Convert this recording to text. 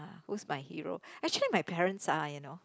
who's my hero actually my parents are you know